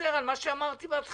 חוזר על מה שאמרתי בהתחלה,